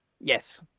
Yes